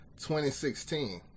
2016